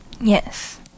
Yes